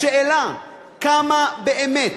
בשאלה כמה באמת